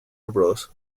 bros